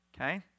Okay